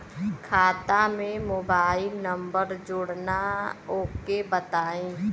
खाता में mobile number जोड़ना ओके बताई?